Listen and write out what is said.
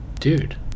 Dude